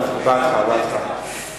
זה כבר על חשבון התודות של אחר כך.